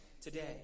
today